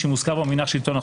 שמוזכר בו המונח "שלטון החוק"